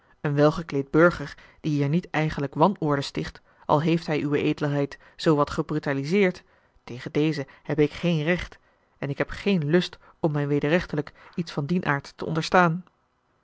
een welgekleed burger die hier niet eigenlijk wanorde sticht al heeft hij uwe edelheid zoo wat gebrutaliseerd tegen dezen heb ik geen recht en ik heb geen lust om mij wederrechtelijk iets van dien aard te onderstaan